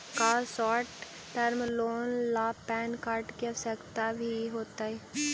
का short term loan ला PAN card की आवश्यकता भी होतइ